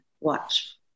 Watch